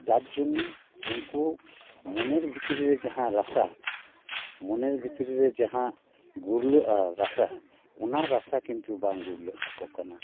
ᱡᱟᱨᱡᱚᱱᱱᱮ ᱩᱱᱠᱩ ᱢᱚᱱᱮᱨ ᱵᱷᱤᱛᱨᱤ ᱨᱮ ᱡᱟᱦᱟᱸ ᱨᱟᱥᱟ ᱢᱚᱱᱮᱨ ᱵᱷᱤᱛᱨᱤ ᱨᱮ ᱡᱟᱦᱟᱸ ᱜᱩᱨᱞᱟᱹᱜᱼᱟ ᱨᱟᱥᱟ ᱚᱱᱟ ᱨᱟᱥᱟ ᱠᱤᱱᱛᱩ ᱵᱟᱝ ᱜᱩᱨᱞᱟᱹᱜ ᱛᱟᱠᱚ ᱠᱟᱱᱟ